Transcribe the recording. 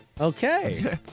Okay